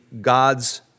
God's